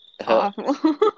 awful